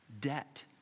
debt